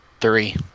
three